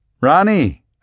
Ronnie